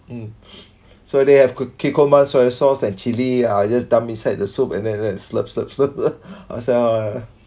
so they have could kikoman soy sauce and chilli I just dump inside the soup and then slurp slurp slurp lah I said uh